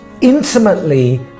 intimately